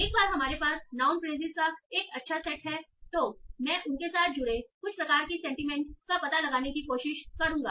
एक बार हमारे पास नाउन फ्रेसिस का एक अच्छा सेट है तो मैं उन के साथ जुड़े कुछ प्रकार की सेंटीमेंट का पता लगाने की कोशिश करूंगा